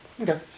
Okay